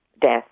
death